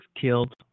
killed